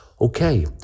okay